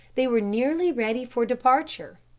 they were nearly ready for departure.